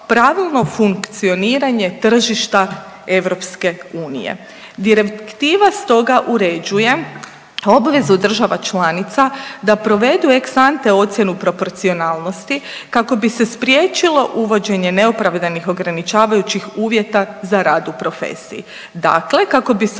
pravilno funkcioniranje tržišta EU. Direktiva stoga uređuje obvezu država članica da provedu ex ante ocjenu proporcionalnosti kako bi se spriječilo uvođenje neopravdanih ograničavajućih uvjeta za rad u profesiji. Dakle, kako bi se